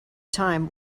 time